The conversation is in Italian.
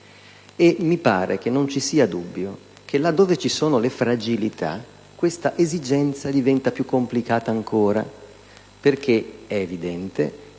E mi pare che non vi sia dubbio che, là dove vi sono fragilità, questa esigenza diventa più complicata ancora. È evidente,